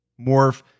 morph